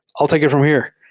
l take it from here,